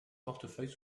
portefeuille